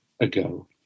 ago